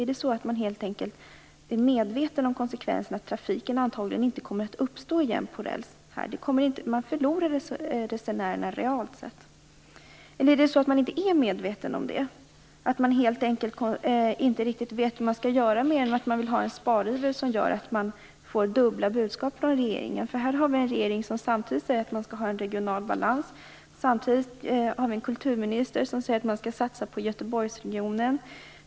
Är man helt enkelt medveten om att trafiken på räls antagligen inte kommer att uppstå här igen och att man förlorar resenärerna realt sett? Eller är man inte medveten om det? Vet man inte riktigt vad man skall göra mer än att man vill åstadkomma en spariver? Vi får dubbla budskap från regeringen, som säger att man skall ha en regional balans samtidigt som kulturministern säger att man skall satsa på Göteborgsregionen.